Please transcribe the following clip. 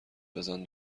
بزن